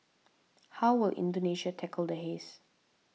how will Indonesia tackle the haze